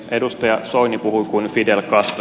edustaja soini puhui kuin fidel castro